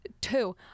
two